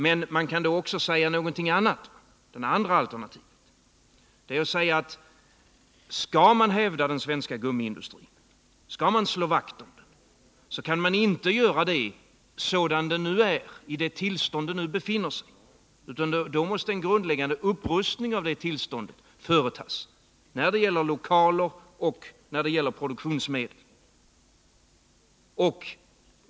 Men det finns också ett annat alternativ, nämligen att säga att skall man hävda den svenska gummiindustrin och slå vakt om den, kan man inte göra det i det tillstånd som den nu befinner sig, utan då måste en grundläggande upprustning av gummiindustrin företas i fråga om lokaler och produktionsmedel.